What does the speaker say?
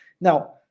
now